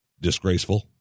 disgraceful